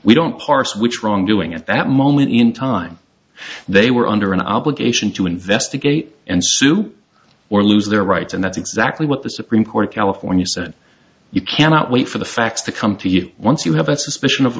we don't parse which wrongdoing at that moment in time they were under an obligation to investigate and sue or lose their rights and that's exactly what the supreme court of california said you cannot wait for the facts to come to you once you have a suspicion of